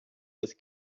was